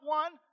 one